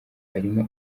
arimo